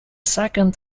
second